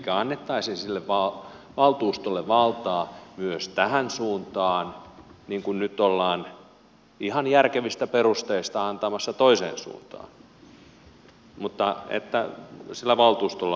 elikkä annettaisiin sille valtuustolle valtaa myös tähän suuntaan niin kuin nyt ollaan ihan järkevistä perusteista antamassa toiseen suuntaan mutta että sillä valtuustolla olisi valtaa